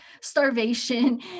starvation